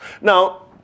Now